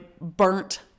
burnt